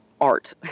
art